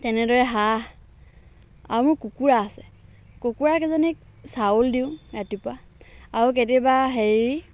তেনেদৰে হাঁহ আৰু মোৰ কুকুৰা আছে কুকুৰা কেইজনীক চাউল দিওঁ ৰাতিপুৱা আৰু কেতিয়াবা হেৰি